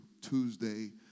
Tuesday